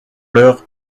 l’heure